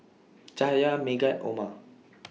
Cahaya Megat Omar